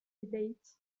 البيت